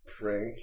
prank